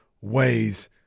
ways